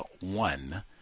one